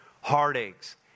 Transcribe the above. heartaches